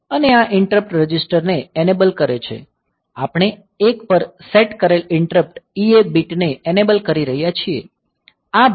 અને આ interrupt register ને એનેબલ કરે છે આપણે 1 પર સેટ કરેલ ઇન્ટરપ્ટ EA બીટ ને એનેબલ કરી રહ્યા છીએ